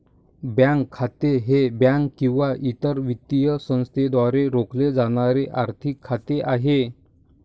bank खाते हे bank किंवा इतर वित्तीय संस्थेद्वारे राखले जाणारे आर्थिक खाते आहे